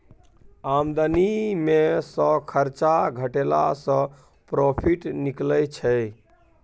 आमदनी मे सँ खरचा घटेला सँ प्रोफिट निकलै छै